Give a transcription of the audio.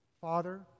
Father